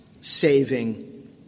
saving